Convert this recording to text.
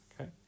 okay